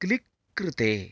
click कृते